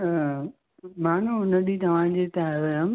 मां न हुन ॾींहुं तव्हांजे हिते आयो हुयमि